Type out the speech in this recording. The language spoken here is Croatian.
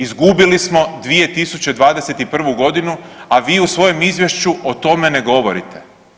Izgubili smo 2021. godinu a vi u svojem izvješću o tome ne govorite.